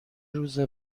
روز